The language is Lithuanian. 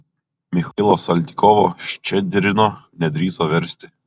michailo saltykovo ščedrino nedrįso versti